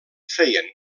feien